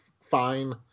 fine